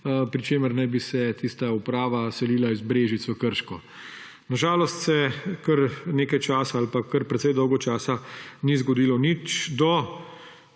pri čemer naj bi se tista uprava selila iz Brežic v Krško. Na žalost se kar nekaj časa ali pa kar precej dolgo časa ni zgodilo nič